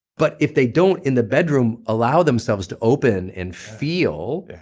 but if they don't, in the bedroom allow themselves to open and feel, yeah